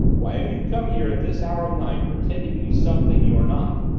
why have you come here at this hour of night pretending to be something you're not?